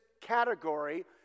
category